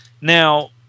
now